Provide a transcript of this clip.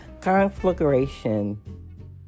conflagration